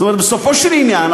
בסופו של עניין,